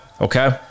okay